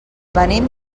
venim